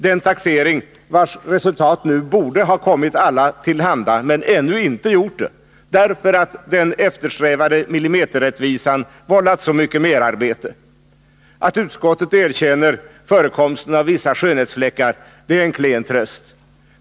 Den taxering, vars resultat nu borde ha kommit alla till handa men ännu inte gjort det, därför att den eftersträvade millimeterrättvisan vållat så mycket merarbete. Att utskottet erkänner förekomsten av vissa skönhetsfläckar är en klen tröst.